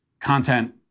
content